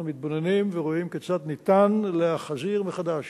אנחנו מתבוננים ורואים כיצד ניתן להחזיר מחדש